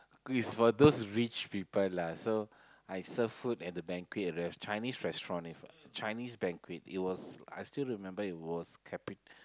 it's for those rich people lah so I serve food at the banquet they have Chinese restaurant if Chinese banquet it was I still remember it was capital